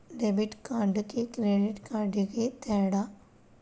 Debit కార్డుకి credit కార్డుకి తేడా?